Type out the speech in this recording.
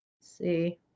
see